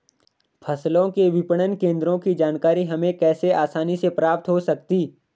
फसलों के विपणन केंद्रों की जानकारी हमें कैसे आसानी से प्राप्त हो सकती?